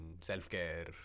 self-care